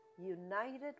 united